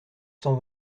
cent